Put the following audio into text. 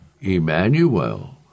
Emmanuel